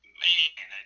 man